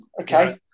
Okay